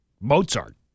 Mozart